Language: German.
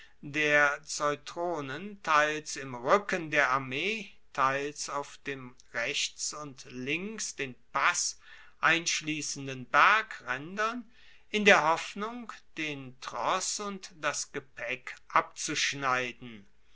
der ceutronen teils im ruecken der armee teils auf den rechts und links den pass einschliessenden bergraendern in der hoffnung den tross und das gepaeck abzuschneiden